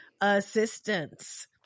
assistance